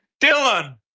Dylan